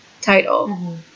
title